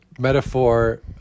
Metaphor